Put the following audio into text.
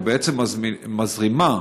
ובעצם מזרימה